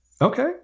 Okay